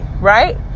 right